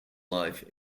life